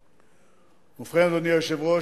ובכן, אדוני היושב-ראש,